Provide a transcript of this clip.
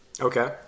Okay